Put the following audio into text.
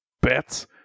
bets